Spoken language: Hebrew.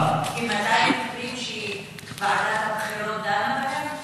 יש כ-200 מקרים שוועדת הבחירות דנה בהם?